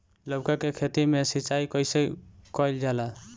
लउका के खेत मे सिचाई कईसे कइल जाला?